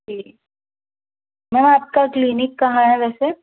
जी ma'am आपका clinic कहाँ है वैसे